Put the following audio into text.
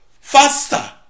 faster